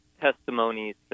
testimonies